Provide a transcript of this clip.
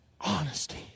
honesty